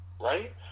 right